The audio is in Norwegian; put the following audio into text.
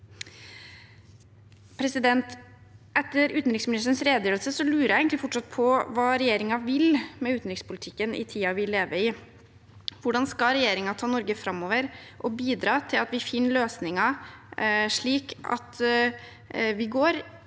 vi skal gå. Etter utenriksministerens redegjørelse lurer jeg egentlig fortsatt på hva regjeringen vil med utenrikspolitikken i tiden vi lever i. Hvordan skal regjeringen ta Norge framover og bidra til at vi finner løsninger, slik at vi går